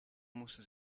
moesten